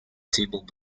table